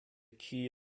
key